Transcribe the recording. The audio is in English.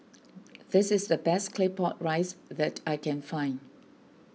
this is the best Claypot Rice that I can find